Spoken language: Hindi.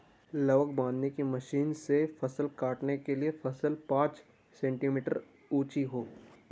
लावक बांधने की मशीन से फसल काटने के लिए फसल पांच सेंटीमीटर ऊंची हो